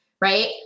right